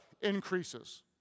increases